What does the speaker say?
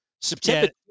September